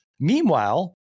meanwhile